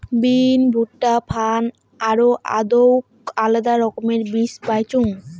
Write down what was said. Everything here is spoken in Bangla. বিন, ভুট্টা, ফার্ন আর আদৌক আলাদা রকমের বীজ পাইচুঙ